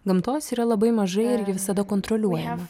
gamtos yra labai mažai ir ji visada kontroliuojama